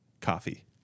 coffee